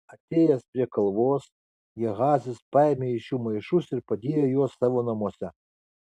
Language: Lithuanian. atėjęs prie kalvos gehazis paėmė iš jų maišus ir padėjo juos savo namuose